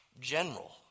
general